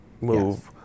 move